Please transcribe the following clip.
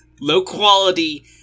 low-quality